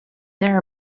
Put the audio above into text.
there